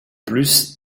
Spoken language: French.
plus